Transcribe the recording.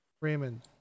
Raymond